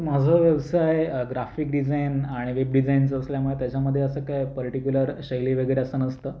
माझा व्यवसाय graphic design आणि वेब डिझाइनचा असल्यामुळे त्याच्यामध्ये असं काय पर्टिक्यूलर शैली वगैरे असं नसतं